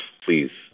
please